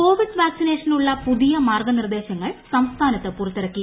Covid വാക്സിനേഷനുള്ള പുതിയ ന് മാർഗ്ഗനിർദ്ദേശങ്ങൾ സംസ്ഥാനത്ത് പുറത്തിറക്കി